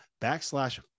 backslash